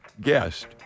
guest